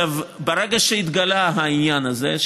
ברגע שהתגלה העניין הזה,